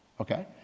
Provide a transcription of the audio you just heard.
okay